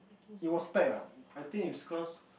it was pack ah I think it was cause